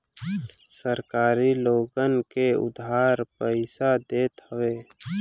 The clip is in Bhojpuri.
सहकारी लोगन के उधार पईसा देत हवे